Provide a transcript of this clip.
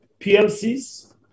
PLCs